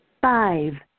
five